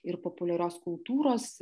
ir populiarios kultūros